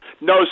No